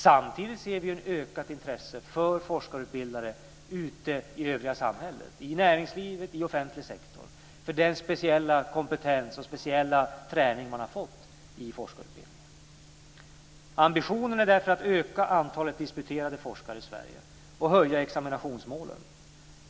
Samtidigt ser vi ett ökat intresse för forskarutbildare i det övriga samhället, i näringslivet och i offentlig sektor, för den speciella kompetens och den speciella träning som man har fått i forskarutbildningen. Ambitionen är därför att öka antalet disputerade forskare i Sverige och att höja examinationsmålen.